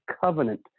covenant